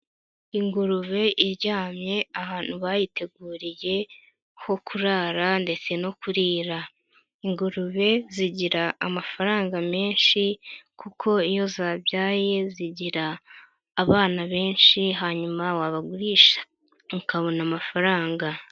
Ingurube iryamye ahantu bayiteguriye ho kurara ndetse no kurira, ingurube zigira amafaranga menshi kuko iyo zabyaye zigira abana benshi hanyuma wabagurisha ukabona amafaranga.